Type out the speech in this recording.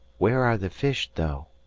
where are the fish, though?